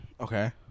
Okay